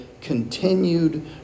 continued